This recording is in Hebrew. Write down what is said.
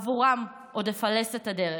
עבורם עוד אפלס את הדרך.